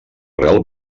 real